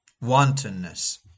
wantonness